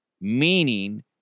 meaning